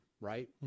right